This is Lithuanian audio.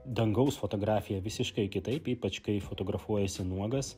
dangaus fotografiją visiškai kitaip ypač kai fotografuojiesi nuogas